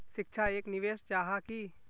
शिक्षा एक निवेश जाहा की?